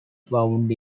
found